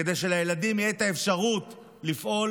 כדי שלילדים תהיה את האפשרות לפעול